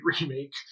remake